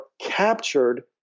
captured